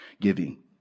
giving